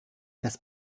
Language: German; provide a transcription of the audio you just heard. das